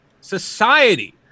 society